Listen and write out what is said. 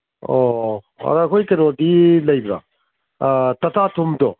ꯑꯣ ꯑꯗꯣ ꯑꯩꯈꯣꯏ ꯀꯩꯅꯣꯗꯤ ꯂꯩꯕ꯭ꯔꯥ ꯇꯇꯥ ꯊꯨꯝꯗꯣ